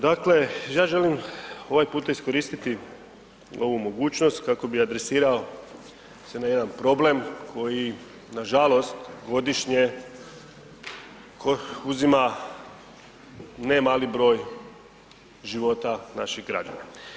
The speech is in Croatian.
Dakle, ja želim ovaj puta iskoristiti ovu mogućnost kako bi adresirao se na jedan problem koji nažalost godišnje uzima nemali broj života naših građana.